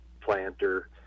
planter